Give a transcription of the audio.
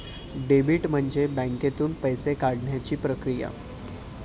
debit म्हणजे बँकेतून पैसे काढण्याची प्रक्रिया